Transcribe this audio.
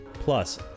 plus